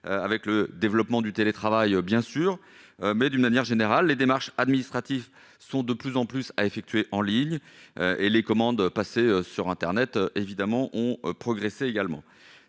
avec le développement du télétravail, bien sûr, mais d'une manière générale, les démarches administratives sont de plus en plus à effectuer en ligne et les commandes passées sur Internet évidemment ont progressé également